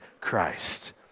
Christ